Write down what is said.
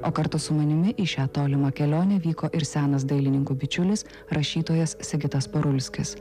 o kartu su manimi į šią tolimą kelionę vyko ir senas dailininkų bičiulis rašytojas sigitas parulskis